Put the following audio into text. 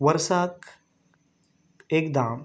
वर्साक एकदां